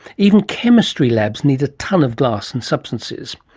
even chemistry labs need a ton of glass and substances.